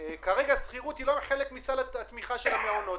שכרגע השכירות היא לא חלק מסל התמיכה של המעונות.